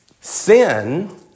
Sin